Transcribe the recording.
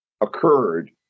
occurred